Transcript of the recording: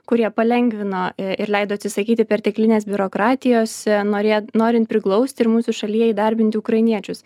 kurie palengvino ir leido atsisakyti perteklinės biurokratijos norė norint priglausti ir mūsų šalyje įdarbinti ukrainiečius